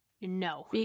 No